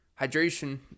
Hydration